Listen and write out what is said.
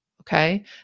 Okay